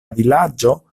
vilaĝo